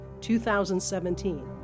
2017